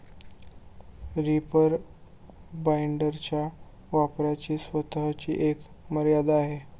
reaper बाइंडरच्या वापराची स्वतःची एक मर्यादा आहे